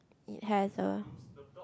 it has a